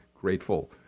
grateful